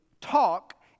talk